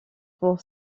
pour